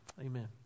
Amen